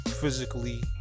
physically